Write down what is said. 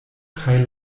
kaj